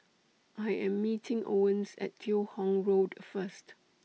I Am meeting Owens At Teo Hong Road First